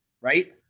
right